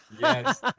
Yes